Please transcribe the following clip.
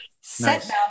Set